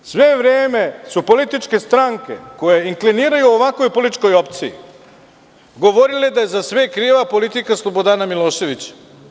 Sve vreme su političke stranke koje inkliniraju ovakvoj političkoj opciji govorile da je za sve kriva politika Slobodana Miloševića.